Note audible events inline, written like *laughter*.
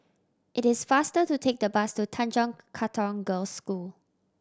it is faster to take the bus to Tanjong *unintelligible* Katong Girls' School